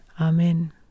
Amen